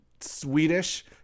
Swedish